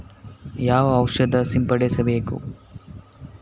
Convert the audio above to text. ಯಾವ ಔಷಧ ಸಿಂಪಡಿಸಬೇಕು?